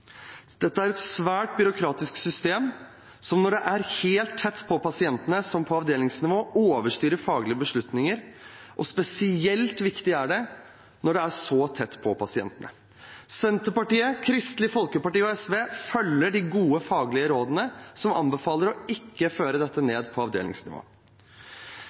Dette er et svært byråkratisk system, som når det er helt tett på pasientene, som på avdelingsnivå, overstyrer faglige beslutninger. Og spesielt viktig er det når det er så tett på pasientene. Senterpartiet, Kristelig Folkeparti og SV følger de gode faglige rådene som anbefaler ikke å føre dette ned på avdelingsnivå.